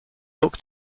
look